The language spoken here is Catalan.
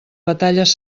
batalles